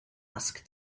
asked